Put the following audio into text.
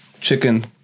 chicken